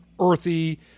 earthy